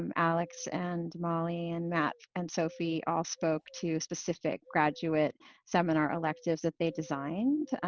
um alex and molly and matt and sophy all spoke to specific graduate seminar electives that they designed.